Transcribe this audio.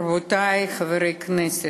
רבותי חברי כנסת,